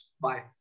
bye